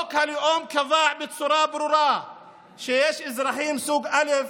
חוק הלאום קבע בצורה ברורה שיש אזרחים סוג א'